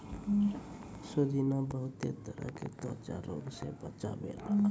सोजीना बहुते तरह के त्वचा रोग से बचावै छै